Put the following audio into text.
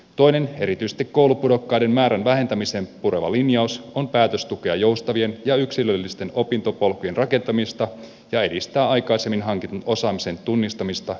toinen erityisesti koulupudokkaiden määrän vähentämiseen pureva linjaus on päätös tukea joustavien ja yksilöllisten opintopolkujen rakentamista ja edistää aikaisemmin hankitun osaamisen tunnistamista osaksi tutkintoa